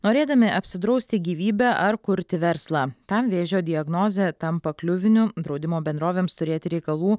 norėdami apsidrausti gyvybę ar kurti verslą tam vėžio diagnozė tampa kliuviniu draudimo bendrovėms turėti reikalų